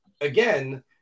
again